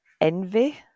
envy